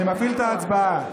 אני מפעיל את ההצבעה.